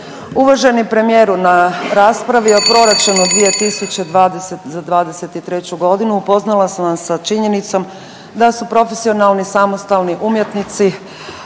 Uvaženi premijeru na raspravi o Proračunu za 2023. godinu upoznala sam vas sa činjenicom da su profesionalni samostalni umjetnici